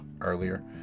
earlier